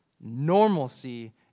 normalcy